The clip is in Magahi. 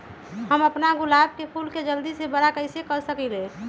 हम अपना गुलाब के फूल के जल्दी से बारा कईसे कर सकिंले?